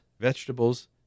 Vegetables